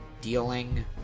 Dealing